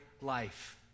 life